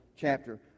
chapter